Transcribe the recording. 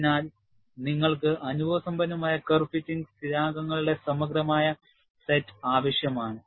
അതിനാൽ നിങ്ങൾക്ക് അനുഭവസമ്പന്നമായ കർവ് ഫിറ്റിംഗ് സ്ഥിരാങ്കങ്ങളുടെ സമഗ്രമായ സെറ്റ് ആവശ്യമാണ്